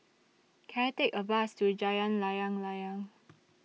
Can I Take A Bus to Jalan Layang Layang